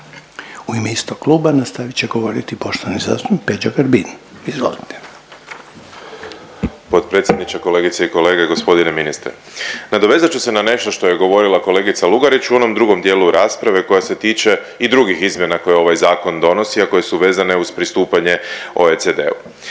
U ime istog kluba nastavit će govoriti poštovani zastupnik Peđa Grbin. Izvolite. **Grbin, Peđa (SDP)** Potpredsjedniče, kolegice i kolege, g. ministre. Nadovezat ću se na nešto što je govorila kolegica Lugarić u onom drugom dijelu rasprave koja se tiče i drugih izmjena koje ovaj zakon donosi, a koje su vezane uz pristupanje OECD-u.